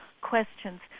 questions